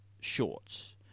shorts